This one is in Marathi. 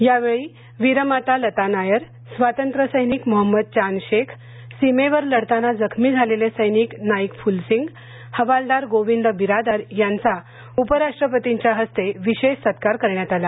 यावेळी वीरमाता लता नायर स्वातंत्र्य सैनिक मोहंमद चांदशेख सीमेवर लढताना जखमी झालेले सैनिक नाईक फुलसिंग हवालदार गोविंद बिरादार यांचा उपराष्ट्रपतींच्या हस्ते विशेष सत्कार करण्यात आला